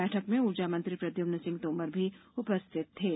बैठक में ऊर्जामंत्री प्रद्यम्मन सिंह तोमर भी उपस्थित थे